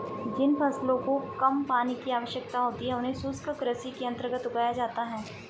जिन फसलों को कम पानी की आवश्यकता होती है उन्हें शुष्क कृषि के अंतर्गत उगाया जाता है